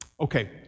Okay